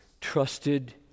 trusted